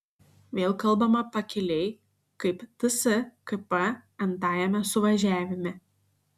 vėl kalbama pakiliai kaip tskp n tajame suvažiavime